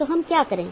तो हम क्या करे